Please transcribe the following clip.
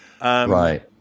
Right